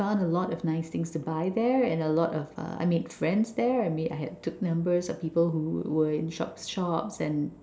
I found a lot of nice things to buy there and a lot of uh I made friends there I made I I took numbers of people who were in shops shops and